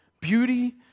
Beauty